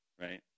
Right